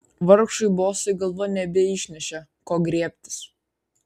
vargšui bosui galva nebeišnešė ko griebtis